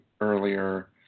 earlier